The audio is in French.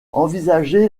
envisager